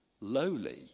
lowly